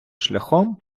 шляхом